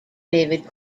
david